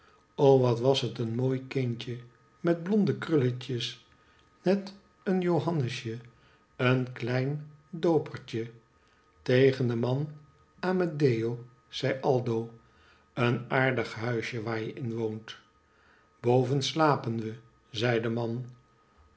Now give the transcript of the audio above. o wat was het een mooi kindje met blonde krulletjes net eenjohannesje een klein doopertje tegen den man amedeo zei aldo een aardig huisje waar je in woont boven slapen we zei de man